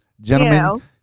Gentlemen